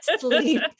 sleep